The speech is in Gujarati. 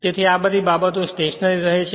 તેથી આ બધી બાબતો સ્ટેશનરી રહે છે